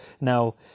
Now